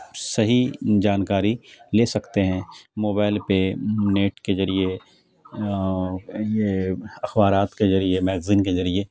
صحیح جانکاری لے سکتے ہیں موبائل پہ نیٹ کے ذریعے یہ اخبارات کے ذریعے میگزین کے ذریعے